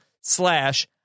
slash